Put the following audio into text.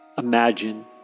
Imagine